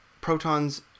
protons